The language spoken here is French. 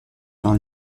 dans